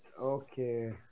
Okay